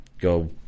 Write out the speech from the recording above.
go